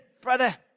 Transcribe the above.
brother